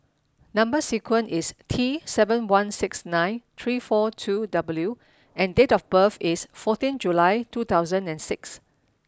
number sequence is T seven one six nine three four two W and date of birth is fourteen July two thousand and six